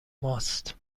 ماست